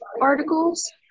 articles